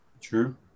True